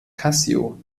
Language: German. casio